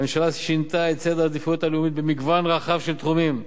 הממשלה שינתה את סדר העדיפויות הלאומיות במגוון רחב של תחומים,